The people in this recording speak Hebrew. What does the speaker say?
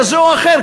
כזה או אחר,